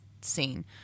scene